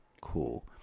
Cool